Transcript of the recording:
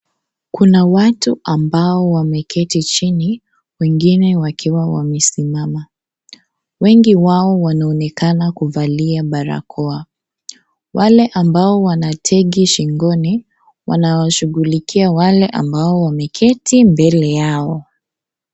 Kuna watu ambao wameketi chini wengine wakiwa wamesimama, wengi wao wanaonekana kuvalia barakoa, wale ambao wana tegi shingoni wanawashugulikia wale ambao wameketi mbele yao.